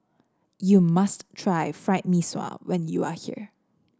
you must try Fried Mee Sua when you are here